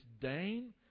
disdain